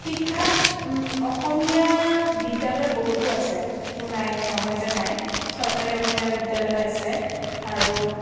শিক্ষাত অসমীয়া বিদ্যালয় বহুতো আছে সেইটো নাই নহয় যে নাই চৰকাৰী অসমীয়া বিদ্যালয় আছে আৰু